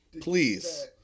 please